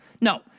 no